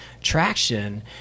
traction